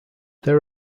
there